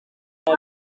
ubu